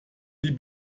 die